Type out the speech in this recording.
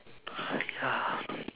ya